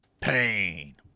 Pain